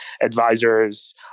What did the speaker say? advisors